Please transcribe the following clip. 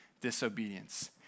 disobedience